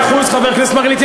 מאה אחוז, חבר הכנסת מרגלית.